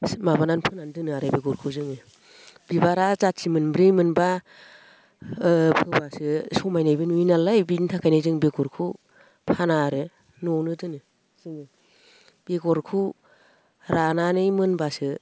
माबानानै फोनानै दोनो आरो बेगरखौ जोङो बिबारा जाथि मोनब्रै मोनबा फोब्लासो समायनायबो नुयो नालाय बिनि थाखायनो जों बेगरखौ फाना आरो न'आवनो दोनो जोङो बेगरखौ रानानै मोनब्लासो